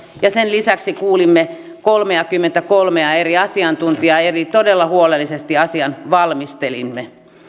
ja sen lisäksi kuulimme kolmeakymmentäkolmea eri asiantuntijaa eli todella huolellisesti asian valmistelimme